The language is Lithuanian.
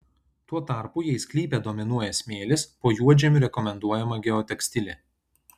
tuo tarpu jei sklype dominuoja smėlis po juodžemiu rekomenduojama geotekstilė